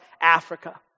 Africa